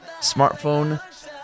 smartphone